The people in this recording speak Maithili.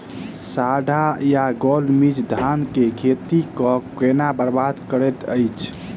साढ़ा या गौल मीज धान केँ खेती कऽ केना बरबाद करैत अछि?